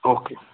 okay